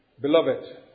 Beloved